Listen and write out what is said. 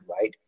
Right